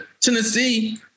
Tennessee